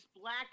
black